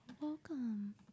Welcome